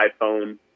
iPhone